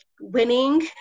winning